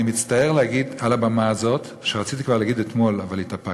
אני מצטער להגיד על הבמה הזאת מה שרציתי כבר להגיד אתמול אבל התאפקתי,